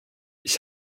ich